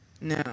no